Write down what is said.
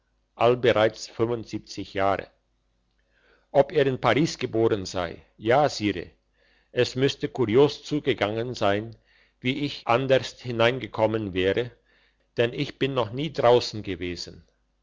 allbereits jahre ob er in paris geboren sei ja sire es müsste kurios zugegangen sein wie ich anderst hineingekommen wäre denn ich bin noch nie draussen gewesen